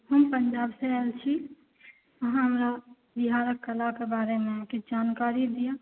हम पञ्जाबसँ आयल छी अहाँ हमरा बिहारक कलाके बारेमे किछु जानकारी दिअ